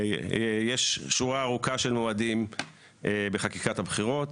יש שורה ארוכה של מועדים בחקיקת הבחירות.